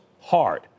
hard